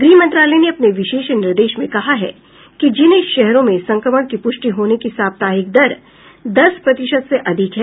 गृह मंत्रालय ने अपने विशेष निर्देश में कहा है कि जिन शहरों में संक्रमण की प्रष्टि होने की साप्ताहिक दर दस प्रतिशत से अधिक है